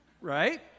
Right